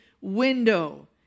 window